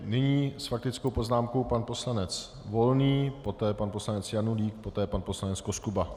Nyní s faktickou poznámkou pan poslanec Volný, poté pan poslanec Janulík, poté pan poslanec Koskuba.